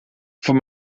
voor